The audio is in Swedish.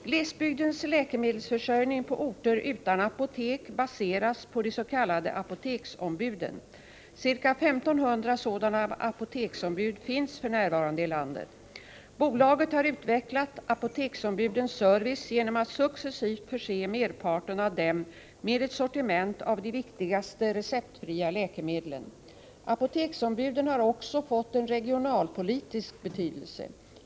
Glesbygdens läkemedelsförsörjning på orter utan apotek baseras på de s.k. apoteksombuden. Ca 1 500 sådana apoteksombud finns för närvarande i landet. Bolaget har utvecklat apoteksombudens service genom att successivt förse merparten av dem med ett sortiment av de viktigaste receptfria läkemedlen. Apoteksombuden har också fått en regionalpolitisk betydelse.